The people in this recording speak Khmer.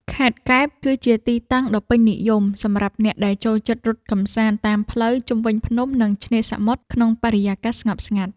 ខេត្តកែប គឺជាទីតាំងដ៏ពេញនិយមសម្រាប់អ្នកដែលចូលចិត្តរត់កម្សាន្តតាមផ្លូវជុំវិញភ្នំ និងឆ្នេរសមុទ្រក្នុងបរិយាកាសស្ងប់ស្ងាត់។